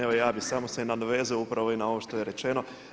Evo ja bih samo se nadovezao upravo i na ovo što je rečeno.